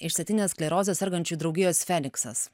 išsėtine skleroze sergančių draugijos feliksas